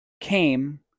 came